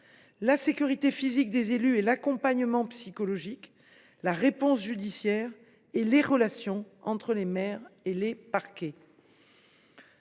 la sécurité physique des élus et l’accompagnement psychologique ; la réponse judiciaire ; et les relations entre les maires et les parquets.